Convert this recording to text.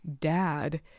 dad